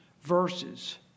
verses